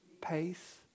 pace